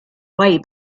way